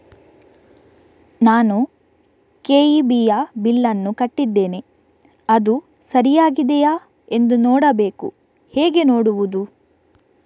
ನಾನು ಕೆ.ಇ.ಬಿ ಯ ಬಿಲ್ಲನ್ನು ಕಟ್ಟಿದ್ದೇನೆ, ಅದು ಸರಿಯಾಗಿದೆಯಾ ಎಂದು ನೋಡಬೇಕು ಹೇಗೆ ನೋಡುವುದು?